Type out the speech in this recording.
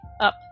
up